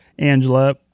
Angela